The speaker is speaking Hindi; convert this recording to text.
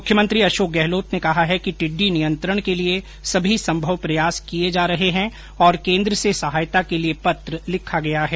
मुख्यमंत्री अशोक गहलोत ने कहा है कि टिड्डी नियंत्रण के लिए सभी संभव प्रयास किए जा रहे है और केन्द्र से सहायता के लिए पत्र लिखा गया है